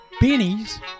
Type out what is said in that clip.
Benny's